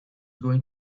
going